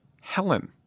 Helen